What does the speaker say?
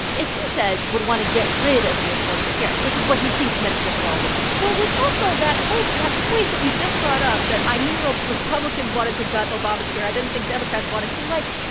as he says, would want to get rid of the affordable care act, which is what he thinks medicare for all would do well, which also, that hope, that point that you just brought up that i knew republicans wanted to gut obamacare, i didn't think democrats wanted to like,